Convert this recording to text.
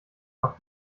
auf